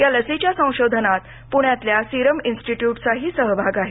या लसीच्या संशोधनात पुण्यातल्या सीरम इन्स्टीट्यूटचाही सहभाग आहे